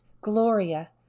Gloria